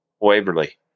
Waverly